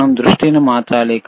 మనం దృష్టిని మార్చాలి